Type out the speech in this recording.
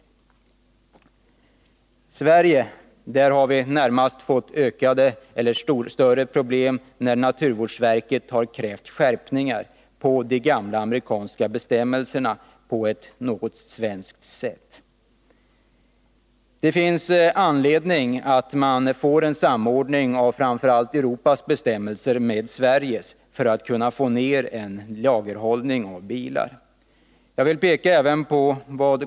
I Sverige har vi snarast fått större problem, eftersom naturvårdsverket har krävt skärpningar av våra kompletterade gamla amerikanska bestämmelser. Det finns anledning att samordna framför allt Europas bestämmelser med Sveriges för att man skall kunna få ned lagerhållningen av bilar.